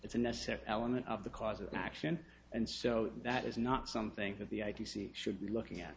it's a necessary element of the cause of action and so that is not something that the i t c should be looking at